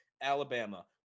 Alabama